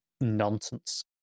nonsense